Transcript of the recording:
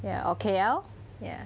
ya or K_L ya